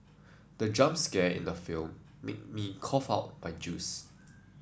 the jump scare in the film made me cough out my juice